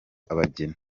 abageni